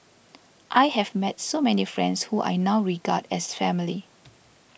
I have met so many friends who I now regard as family